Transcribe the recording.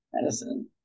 medicine